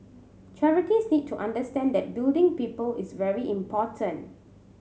charities need to understand that building people is very important